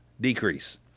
decrease